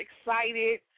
excited